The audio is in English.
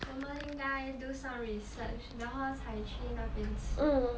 我们应该 do some research 然后才去那边吃